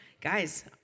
guys